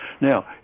Now